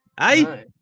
Hey